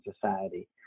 Society